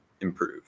improve